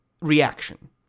reaction